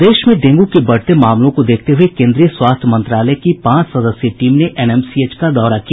प्रदेश में डेंग् के बढ़ते मामलों को देखते हये केंद्रीय स्वास्थ्य मंत्रालय की पांच सदस्यीय टीम ने एनएमसीएच का दौरा किया